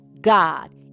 God